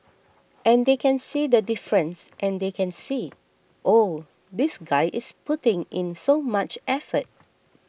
and they can see the difference and they can see oh this guy is putting in so much effort